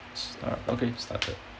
uh okay started